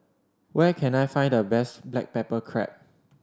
where can I find the best black pepper crab